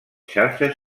xarxes